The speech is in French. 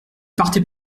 partez